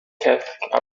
catholic